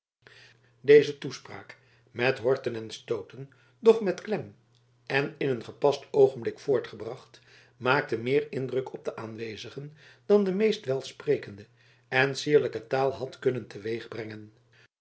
deze toespraak met horten en stooten doch met klem en in een gepast oogenblik voortgebracht maakte meer indruk op de aanwezigen dan de meest welsprekende en sierlijke taal had kunnen